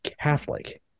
Catholic